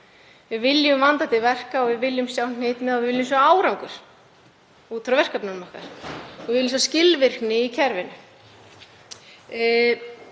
Við viljum vanda til verka og við viljum sjá hnitmiðað og við viljum sjá árangur út frá verkefnum okkar, við viljum sjá skilvirkni í kerfinu.